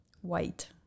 White